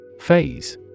Phase